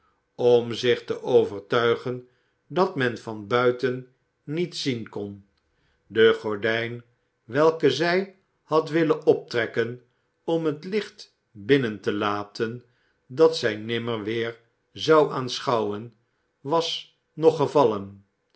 om zich te overtuigen dat men van buiten niets zien kon de gordijn welke zij had willen optrekken om het licht binnen te laten dat zij nimmer weer zou aanschouwen was nog gevallen